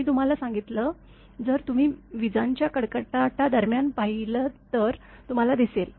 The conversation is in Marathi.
मी तुम्हांला सांगितलं जर तुम्ही विजांच्या कडकडाटादरम्यान पाहिलंत तर तुम्हाला दिसेल